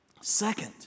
Second